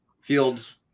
Fields